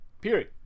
Period